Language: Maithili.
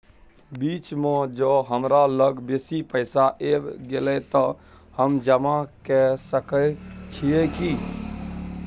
बीच म ज हमरा लग बेसी पैसा ऐब गेले त हम जमा के सके छिए की?